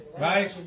Right